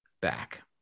back